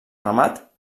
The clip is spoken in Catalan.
remat